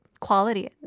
quality